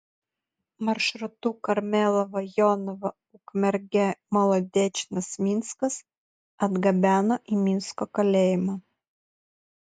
maršrutu karmėlava jonava ukmergė molodečnas minskas atgabeno į minsko kalėjimą